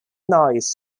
noise